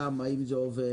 גם האם זה עובד,